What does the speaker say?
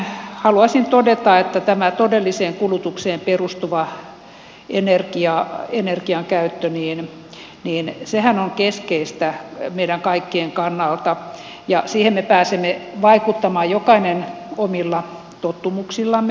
sitten haluaisin todeta että tämä todelliseen kulutukseen perustuva energiankäyttöhän on keskeistä meidän kaikkien kannalta ja siihen me pääsemme vaikuttamaan jokainen omilla tottumuksillamme